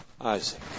Isaac